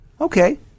okay